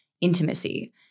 intimacy